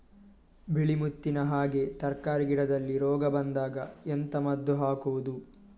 ಬಿಳಿ ಮುತ್ತಿನ ಹಾಗೆ ತರ್ಕಾರಿ ಗಿಡದಲ್ಲಿ ರೋಗ ಬಂದಾಗ ಎಂತ ಮದ್ದು ಹಾಕುವುದು?